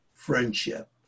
friendship